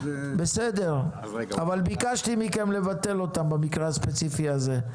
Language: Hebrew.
אבל ביקשתי מכם לבטל אותם במקרה הספציפי הזה,